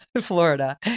Florida